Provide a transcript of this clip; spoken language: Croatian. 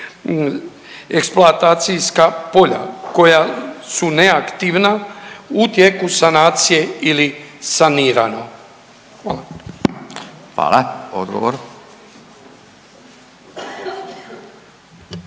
eksploatacijska polja koja su neaktivna u tijeku sanacije ili saniranja? Hvala. **Radin,